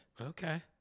Okay